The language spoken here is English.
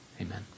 Amen